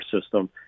system